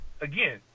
again